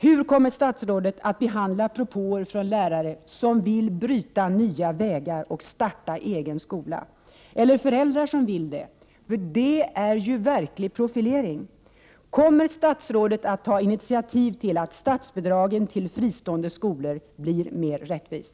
Hur kommer statsrådet att behandla propåer från lärare som vill bryta nya vägar och starta egen skola, eller föräldrar som vill det? Det är ju verklig profilering. Kommer statsrådet att ta initiativ till att statsbidraget till fristående skolor blir mer rättvist?